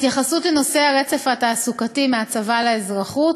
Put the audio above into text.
התייחסות לנושא הרצף התעסוקתי מהצבא לאזרחות,